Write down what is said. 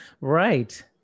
Right